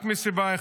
רק מסיבה אחת: